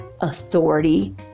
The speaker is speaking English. authority